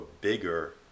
bigger